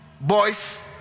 boys